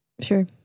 Sure